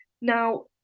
now